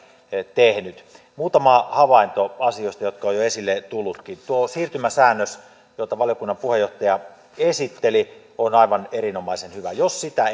tehnyt muutama havainto asioista jotka ovat jo esille tulleetkin tuo siirtymäsäännös jota valiokunnan puheenjohtaja esitteli on aivan erinomaisen hyvä jos sitä